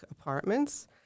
apartments